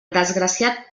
desgraciat